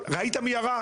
הוא אמר: ראית מי ירה?